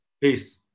Peace